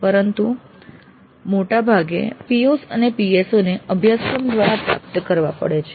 પરંતુ મોટે ભાગે POs અને PSO ને અભ્યાસક્રમ દ્વારા પ્રાપ્ત કરવા પડે છે